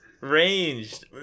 ranged